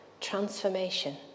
transformation